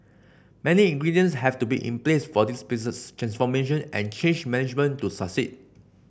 many ingredients have to be in place for this business transformation and change management to succeed